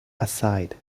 aside